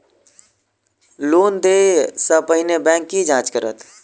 Loan देय सा पहिने बैंक की जाँच करत?